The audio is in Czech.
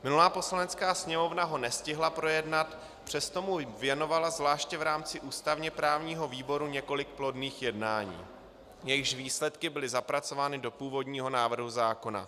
Minulá Poslanecká sněmovna ho nestihla projednat, přesto mu věnovala zvláště v rámci ústavněprávního výboru několik plodných jednání, jejichž výsledky byly zapracovány do původního návrhu zákona.